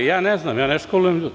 Ja ne znam, ja ne školujem ljude.